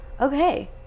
okay